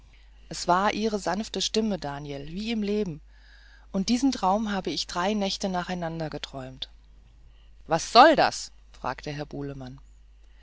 es war ihre sanfte stimme daniel wie im leben und diesen traum habe ich drei nächte nacheinander geträumt was soll das fragte